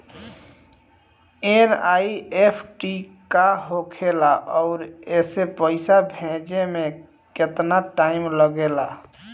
NEFT का होखे ला आउर एसे पैसा भेजे मे केतना टाइम लागेला?